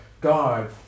God